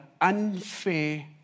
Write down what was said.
unfair